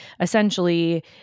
essentially